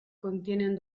contienen